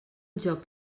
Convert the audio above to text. joc